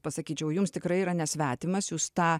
pasakyčiau jums tikrai yra nesvetimas jūs tą